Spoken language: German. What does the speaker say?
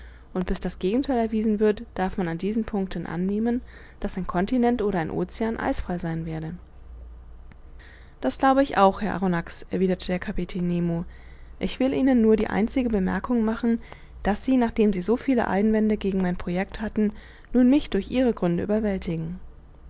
und bis das gegentheil erwiesen wird darf man an diesen punkten annehmen daß ein continent oder ein ocean eisfrei sein werde das glaub ich auch herr arronax erwiderte der kapitän nemo ich will ihnen nur die einzige bemerkung machen daß sie nachdem sie so viele einwände gegen mein project hatten nun mich durch ihre gründe überwältigen